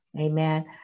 Amen